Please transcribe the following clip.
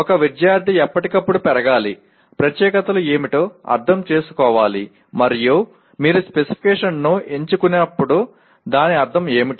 ఒక విద్యార్థి ఎప్పటికప్పుడు పెరగాలి ప్రత్యేకతలు ఏమిటో అర్థం చేసుకోవాలి మరియు మీరు స్పెసిఫికేషన్ను ఎంచుకున్నప్పుడు దాని అర్థం ఏమిటి